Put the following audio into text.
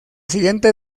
siguiente